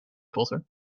potter